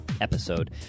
episode